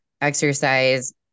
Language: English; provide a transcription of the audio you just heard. exercise